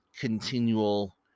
continual